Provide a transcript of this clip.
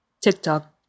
TikTok